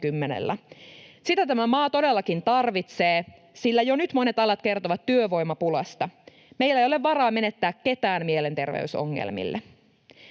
Sitä tämä maa todellakin tarvitsee, sillä jo nyt monet alat kertovat työvoimapulasta. Meillä ei ole varaa menettää ketään mielenterveysongelmille.